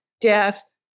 death